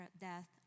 death